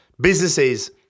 businesses